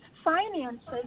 finances